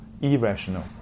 irrational